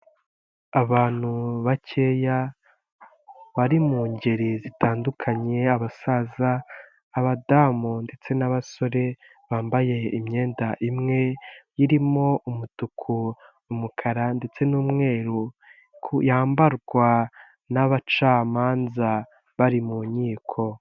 Abantu bakeya bari mu ngeri zitandukanye, abasaza, abadamu ndetse n'abasore, bambaye imyenda imwe irimo umutuku, umukara ndetse n'umweru, yambarwa n'abacamanza bari mu nkiko.